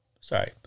Sorry